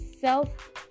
self